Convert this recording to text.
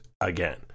again